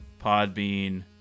Podbean